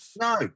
No